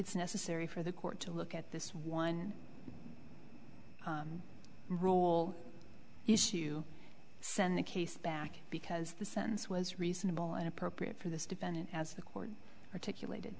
it's necessary for the court to look at this one role is to send the case back because the sentence was reasonable and appropriate for this defendant as the court articulate